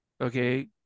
okay